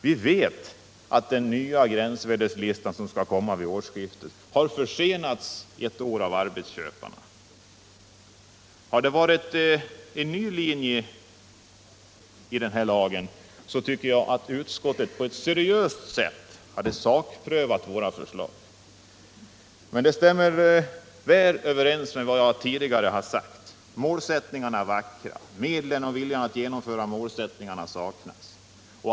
Vi vet att den nya gräns = Arbetsmiljölag, värdeslistan har försenats ett år av arbetsköparna. Hade det varit någon m.m. ny linje i lagen kunde utskottet på ett seriöst sätt ha sakprövat våra förslag. Men det stämmer väl överens med vad jag tidigare sagt: Målsättningarna är vackra — medlen och viljan att genomföra målsättningarna saknas.